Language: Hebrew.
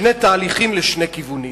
שני תהליכים לשני כיוונים: